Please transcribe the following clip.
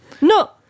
no